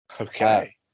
Okay